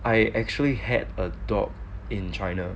I actually had a dog in china